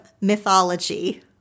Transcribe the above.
mythology